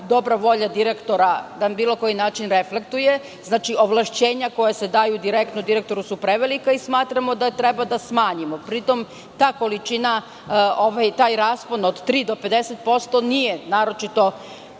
dobra volja direktora, na bilo koji način reflektuje. Znači ovlašćenja koja se daju direktno direktoru su prevelika i smatramo da treba da smanjimo. Pritom, taj raspon od 3% do 50% nije naročito,